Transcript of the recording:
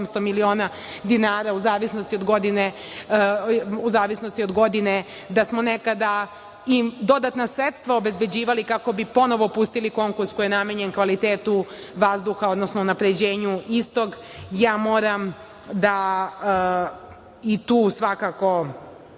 800 miliona dinara, u zavisnosti od godine, da smo nekada i dodatna sredstva obezbeđivali kako bi ponovo pustili konkurs koji je namenjen kvalitetu vazduha, odnosno unapređenju istog. Moram tu svakako